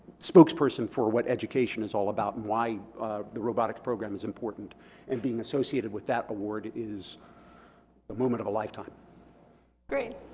spokesperson for what education is all about and why the robotics program is important and being associated with that award is a moment of a lifetime great